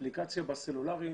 אפליקציה בסלולרי,